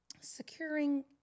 securing